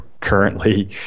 currently